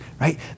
right